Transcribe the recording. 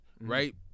right